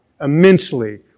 immensely